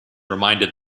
reminded